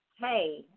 hey